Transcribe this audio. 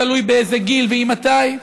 תלוי באיזה גיל ואימתי.